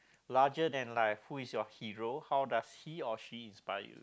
larger than life who is your hero how does he or she inspire you